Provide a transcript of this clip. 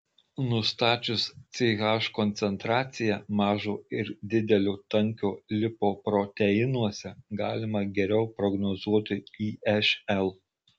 nustačius ch koncentraciją mažo ir didelio tankio lipoproteinuose galima geriau prognozuoti išl